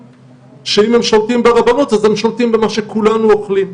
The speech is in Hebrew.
שאם הם שולטים ברבנות אז הם שולטים במה שכולנו אוכלים.